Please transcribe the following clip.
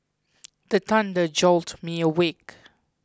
the thunder jolt me awake